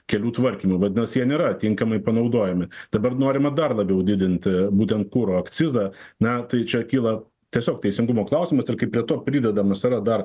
kelių tvarkymui vadinasi jie nėra tinkamai panaudojami dabar norima dar labiau didinti būtent kuro akcizą na tai čia kyla tiesiog teisingumo klausimas ir kaip prie to pridedamas yra dar